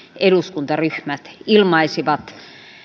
eduskuntaryhmät ilmaisivat